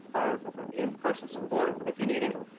our in-person support if you need it.